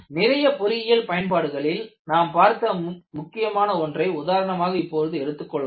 நிறைய பொறியியல் பயன்பாடுகளில் நாம் பார்த்த முக்கியமான ஒன்றை உதாரணமாக இப்போது எடுத்துக் கொள்ளலாம்